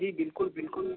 जी बिल्कुल बिल्कुल